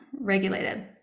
regulated